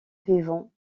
vivant